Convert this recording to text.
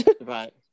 Right